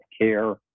care